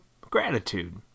gratitude